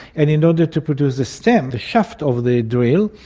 and in order to produce the stem, the shaft of the drill,